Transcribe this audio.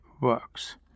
works